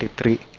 three.